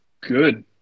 good